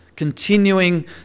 continuing